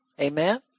Amen